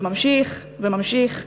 וממשיך וממשיך.